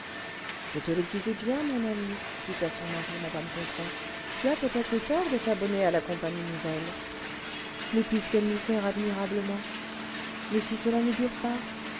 je te le disais bien mon ami dit à son mari mmc gontran tu as peut-être eu tort de t'abonner à la compagnie nouvelle mais puisqu'elle nous sert admirablement mais si cela ne dure pas